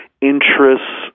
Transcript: Interests